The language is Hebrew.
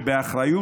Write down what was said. אדוני היושב-ראש,